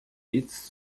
its